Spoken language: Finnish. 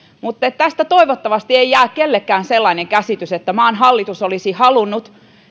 mutta toivottavasti tästä ei jää kenellekään sellainen käsitys että maan hallitus olisi halunnut